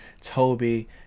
toby